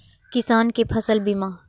किसान कै फसल बीमा?